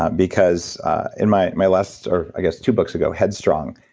ah because in my my last. or i guess two books ago, headstrong,